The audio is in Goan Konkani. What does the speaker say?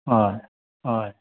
हय हय